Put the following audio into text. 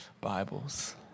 Bibles